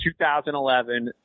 2011